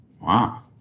wow